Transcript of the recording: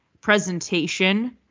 presentation